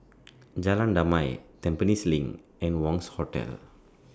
Jalan Damai Tampines LINK and Wangz Hotel